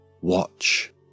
Watch